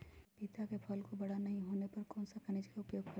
पपीता के फल को बड़ा नहीं होने पर कौन सा खनिज का उपयोग करें?